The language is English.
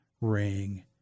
ring